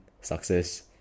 success